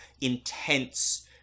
intense